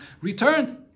returned